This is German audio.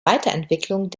weiterentwicklung